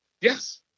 Yes